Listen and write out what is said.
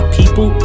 people